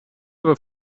aber